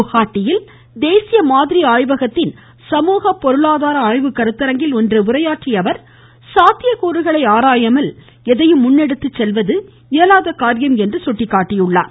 குஹாட்டியில் தேசிய மாதிரி ஆய்வகத்தின் சமூக பொருளாதார ஆய்வு கருத்தரங்கில் இன்று உரையாற்றிய அவர் சாத்தியக்கூறுகளை ஆராயாமல் எதையும் முன்னெடுத்துச்செல்வது இயலாத காரியம் என்று எடுத்துரைத்தார்